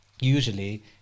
usually